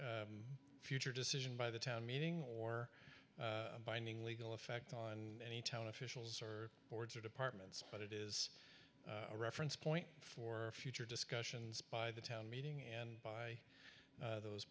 any future decision by the town meeting or binding legal effect on any town officials or boards or departments but it is a reference point for future discussions by the town meeting and by those